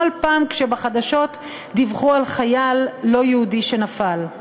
כל פעם כשבחדשות דיווחו על חייל לא יהודי שנפל.